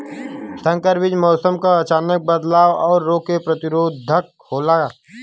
संकर बीज मौसम क अचानक बदलाव और रोग के प्रतिरोधक होला